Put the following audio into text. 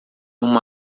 uma